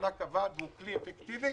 והוא כלי אפקטיבי.